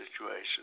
situation